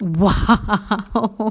!wow!